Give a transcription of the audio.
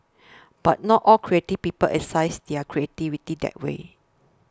but not all creative people exercise their creativity that way